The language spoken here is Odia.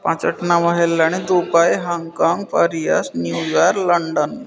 ପାଞ୍ଚଟା ନାମ ହେଲାଣି Dubai Hong Kong Paris New York London